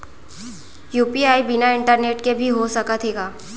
UPI बिना internet के भी हो सकत हे का?